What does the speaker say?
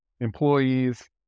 employees